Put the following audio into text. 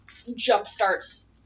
jumpstarts